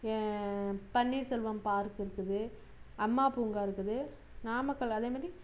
பன்னீர் Selvam park இருக்குது அம்மா பூங்கா இருக்குது நாமக்கல் அதே மாதிரி